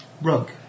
rug